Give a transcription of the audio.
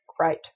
right